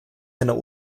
keiner